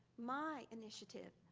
my initiative.